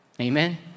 Amen